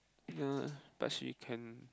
ya but she can